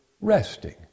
resting